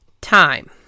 Time